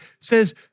says